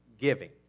giving